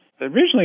Originally